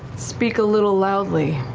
speak a little loudly?